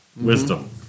Wisdom